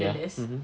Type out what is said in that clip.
ya mmhmm